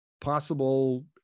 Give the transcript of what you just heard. possible